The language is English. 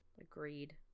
Agreed